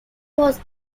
was